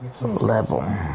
level